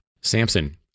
Samson